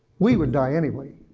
we would die anyway.